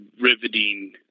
riveting